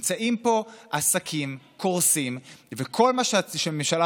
נמצאים פה עסקים קורסים וכל מה שהממשלה